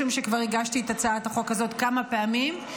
משום שכבר הגשתי את הצעת החוק הזאת כמה פעמים,